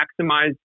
maximize